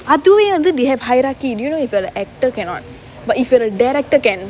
at the end they have hierarchy and Unilever actor cannot but if in a direct again